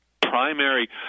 primary